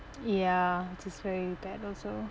ya that's very bad also